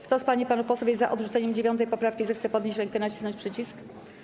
Kto z pań i panów posłów jest za odrzuceniem 9. poprawki, zechce podnieść rękę i nacisnąć przycisk.